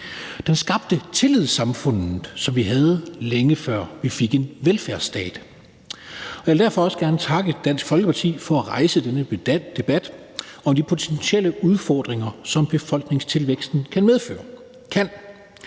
Den skabte tillidssamfundet, som vi havde, længe før vi fik en velfærdsstat. Jeg vil derfor også gerne takke Dansk Folkeparti for at rejse denne debat om de potentielle udfordringer, som befolkningstilvæksten kan medføre.